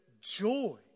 joy